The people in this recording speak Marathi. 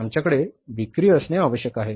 आमच्याकडे विक्री असणे आवश्यक आहे